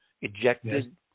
ejected